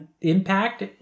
impact